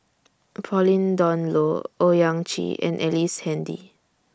Pauline Dawn Loh Owyang Chi and Ellice Handy